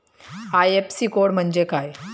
IFSC code म्हणजे काय?